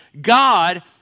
God